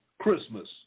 Christmas